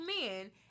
men